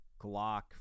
Glock